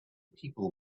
people